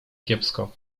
kiepsko